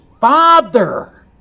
Father